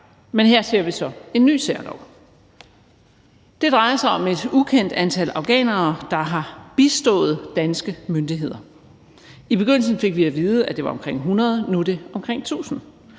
Men her ser vi så en ny særlov. Det drejer sig om et ukendt antal afghanere, der har bistået danske myndigheder. I begyndelsen fik vi at vide, at det var omkring 100, nu er det omkring 1.000.